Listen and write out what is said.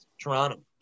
Toronto